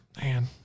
Man